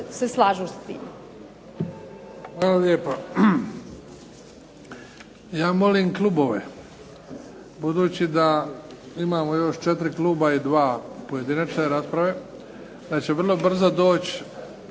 Hvala lijepa. Ja molim klubove, budući da imamo još četiri kluba i dva pojedinačne rasprave, da će vrlo brzo doći